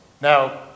Now